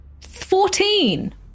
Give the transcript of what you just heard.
Fourteen